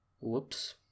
Whoops